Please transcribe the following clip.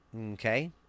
Okay